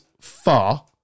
far